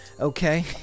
okay